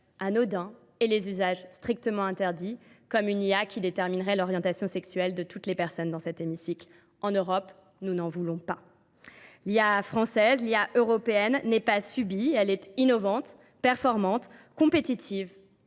anodins et les usages strictement interdits comme une IA qui déterminerait l'orientation sexuelle de toutes les personnes dans cet hémicycle. En Europe, nous n'en voulons pas. L'IA française, l'IA européenne n'est pas subie, elle est innovante, performante, compétitive,